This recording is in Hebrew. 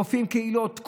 רופאים בקהילות,